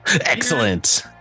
Excellent